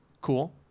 Cool